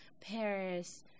Paris